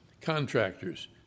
contractors